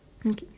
okay